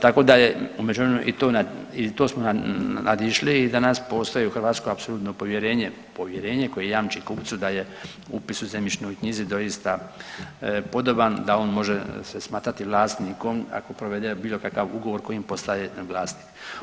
Tako da je u međuvremenu i to smo nadišli i danas postoji u Hrvatskoj apsolutno povjerenje, povjerenje koje jamči kupcu da je upis u zemljišnoj knjizi doista podoban, da on može se smatrati vlasnikom ako provede bilo kakav ugovor kojim postaje vlasnik.